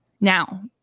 Now